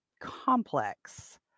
complex